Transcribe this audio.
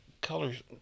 colors